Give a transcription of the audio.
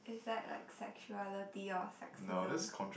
is that like sexuality or sexism